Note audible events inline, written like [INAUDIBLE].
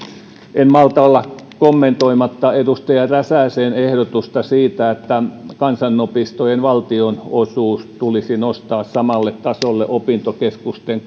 en malta olla kommentoimatta edustaja räsäsen ehdotusta siitä että kansanopistojen valtionosuus tulisi nostaa samalle tasolle opintokeskusten [UNINTELLIGIBLE]